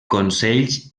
consells